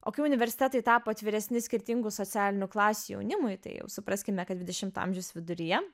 o kai universitetai tapo atviresni skirtingų socialinių klasių jaunimui tai jau supraskime kad dvidešimto amžiaus viduryje